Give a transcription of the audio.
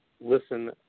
listen